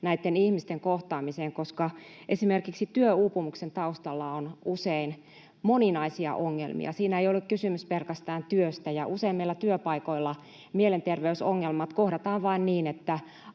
näitten ihmisten kohtaamiseen. Esimerkiksi työuupumuksen taustalla on usein moninaisia ongelmia, eikä siinä ole kysymys pelkästään työstä. Usein meillä työpaikoilla mielenterveysongelmat kohdataan vain niin, että